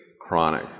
chronic